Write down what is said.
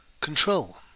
control